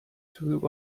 through